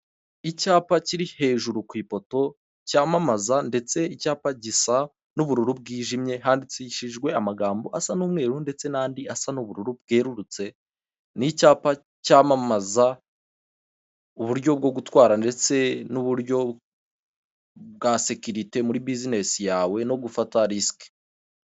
Icyapa kiri hejuru ku ipoto, cyamamaza ndetse icyapa gisa n'ubururu bwijimye, handikishijwe amagambo asa n'umweru ndetse n'andi asa n'ubururu bwerurutse, ni icyapa cyamamaza uburyo bwo gutwara ndetse n'uburyo bwa sekirite muri bizinesi yawe no gufata risike.